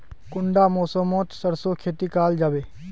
कुंडा मौसम मोत सरसों खेती करा जाबे?